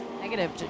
Negative